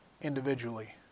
individually